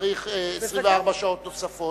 צריך 24 שעות נוספות.